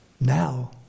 Now